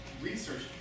research